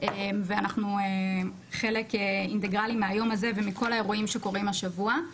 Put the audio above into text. ואנחנו חלק אינטגרלי מהיום הזה ומכל האירועים שקורים השבוע.